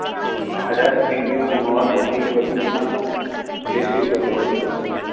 address V P O ਪਮੋਹਤ tehsil Bassi Pathana district Fatehgarh ਸਾਹਿਬ